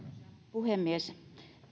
puhemies